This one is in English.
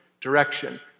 direction